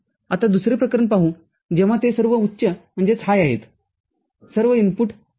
आतादुसरे प्रकरण पाहू जेव्हा ते सर्व उच्चअसतात सर्व इनपुटउच्चआहेत